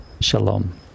shalom